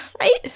right